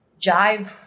jive